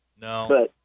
No